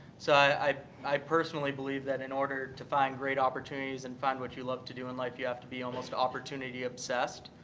so i i personally believe that in order to find great opportunities and find what you love to do in life, you have to be almost opportunity-obsessed.